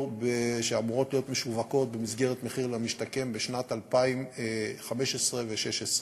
שאמורות להיות משווקות במסגרת מחיר למשתכן בשנים 2015 ו-2016.